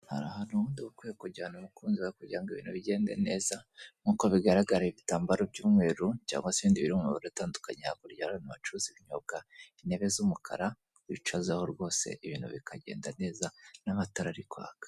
Hari ahantu ubundi uba ukwiye kujyana umukunzi wawe kugira ngo ibintu bigende neza, nkuko bigaragara ibitambaro by'umweru cyangwa se ibindi biri mu mabara atandukanye, hakurya hari ahantu bacuruza ibinyobwa, intebe z'umukara bicazaho rwose ibintu bikagenda neza n'amatara ari kwaka.